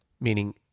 meaning